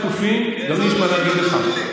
גם לי יש מה להגיד לך.